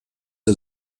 der